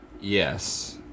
Yes